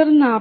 അതിനാൽ